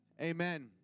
Amen